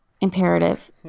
imperative